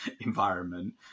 environment